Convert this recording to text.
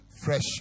Fresh